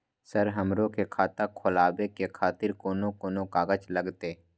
Sir हमरो के खाता खोलावे के खातिर कोन कोन कागज लागते?